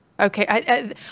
Okay